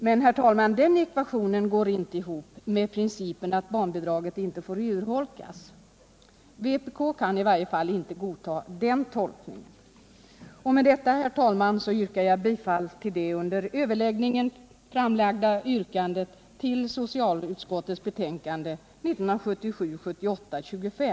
Men, herr talman, den ekvationen går inte ihop med principen att barnbidraget inte får urholkas. Vpk kan i varje fall inte godta den tolkningen.